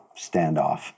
standoff